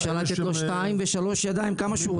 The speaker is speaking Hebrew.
אפשר לתת לו שתי ידיים או שלוש, כמה שהוא רוצה.